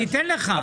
אני אתן לך.